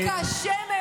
תיזהרי, קטי.